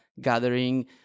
gathering